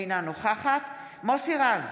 אינה נוכחת מוסי רז,